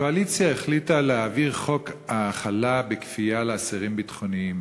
הקואליציה החליטה להעביר חוק האכלה בכפייה של אסירים ביטחוניים,